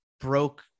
broke